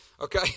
Okay